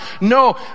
No